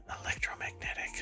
Electromagnetic